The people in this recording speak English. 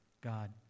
God